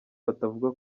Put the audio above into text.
batavuga